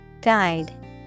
Guide